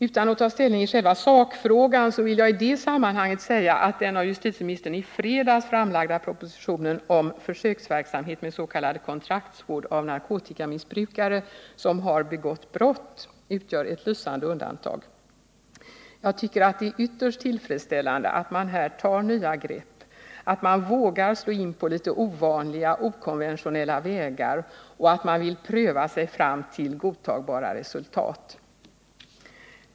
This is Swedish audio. Utan att ta ställning i själva sakfrågan vill jag i det sammanhanget säga att den av justitieministern i fredags framlagda propositionen om försöksverksamhet med s.k. kontraktsvård av narkotikamissbrukare som har begått brott utgör ett lysande undantag. Jag tycker att det är ytterst tillfredsställande att man här tar nya grepp, att man vågar slå in på litet ovanliga och okonventionella vägar och att man vill pröva sig fram till godtagbara resultat.